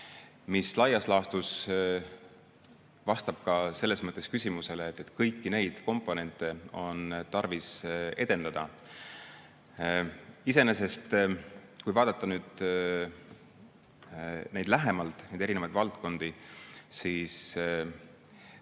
See laias laastus vastab ka selles mõttes küsimusele, et kõiki neid komponente on tarvis edendada. Iseenesest, kui vaadata lähemalt erinevaid valdkondi, siis